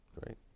Great